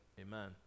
Amen